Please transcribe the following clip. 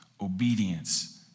obedience